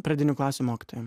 pradinių klasių mokytojom